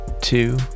two